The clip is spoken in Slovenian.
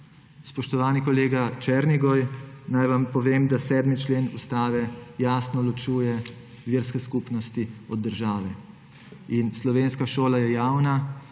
Spoštovani kolega Černigoj, naj vam povem, da 7. člen Ustave jasno ločuje verske skupnosti od države. Slovenska šola je javna